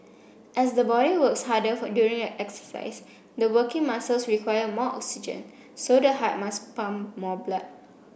as the body works harder during exercise the working muscles require more oxygen so the heart must pump more blood